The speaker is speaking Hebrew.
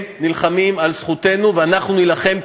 הם נלחמים על זכותנו, ואנחנו נילחם כנגדם,